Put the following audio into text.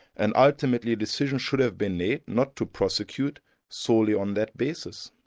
and ultimately decisions should have been made not to prosecute solely on that basis.